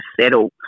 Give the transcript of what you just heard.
settle